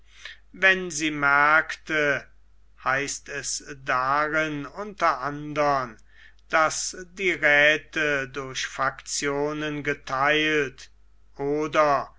wenn sie merkte heißt es darin unter anderm daß die räthe durch faktionen getheilt oder